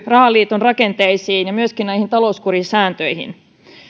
rahaliiton rakenteisiin ja myöskin näihin talouskurisääntöihin